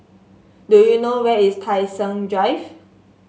do you know where is Tai Seng Drive